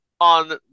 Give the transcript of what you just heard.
on